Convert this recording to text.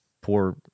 poor